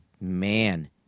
Man